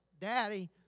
Daddy